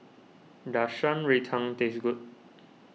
does Shan Rui Tang taste good